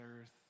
earth